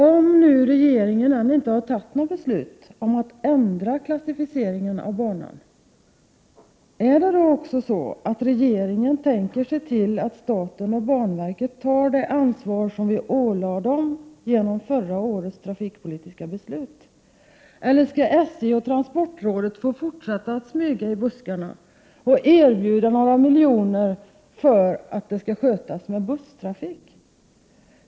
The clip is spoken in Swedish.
Om nu regeringen ännu inte har fattat något beslut om att ändra klassificeringen av banan, är det då också så att regeringen har tänkt att staten och banverket tar det ansvar som vi har ålagt dem genom fjolårets trafikpolitiska beslut, eller skall SJ och transportrådet få fortsätta att smyga i buskarna och erbjuda några miljoner för att transporterna skall skötas med busstrafik?